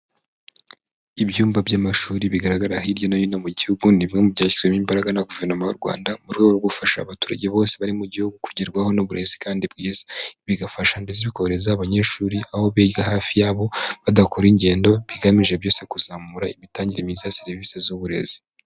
Ibyumba by'amashuri bigaragara hirya no hino mu gihugu ni bimwe mu byashyizwemo imbaraga n'imiyoborere y'u Rwanda, mu rwego rwo gufasha abaturage bose bari mu gihugu kugerwaho n'uburezi kandi bwiza. Bigafasha ndetse bigafasha ndetse bikorohereza abanyeshuri aho biga hafi yabo, badakora ingendo bigamije byose kuzamura imitangire myiza ya serivisi z'uburezi